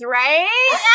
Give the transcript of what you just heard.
right